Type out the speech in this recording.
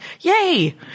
yay